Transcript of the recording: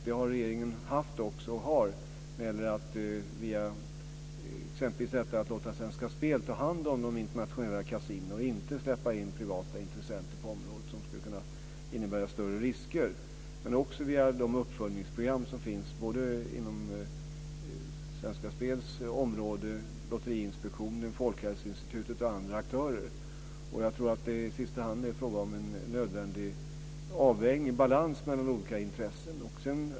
Det har regeringen också haft och har när det gäller att låta exempelvis Svenska Spel ta hand om de internationella kasinona och inte släppa in privata intressenter på området som skulle kunna innebära större risker. Det gäller också de uppföljningsprogram som finns inom Svenska Spels område via Lotteriinspektionen, Det är i sista hand fråga om en nödvändig avvägning och balans mellan olika intressen.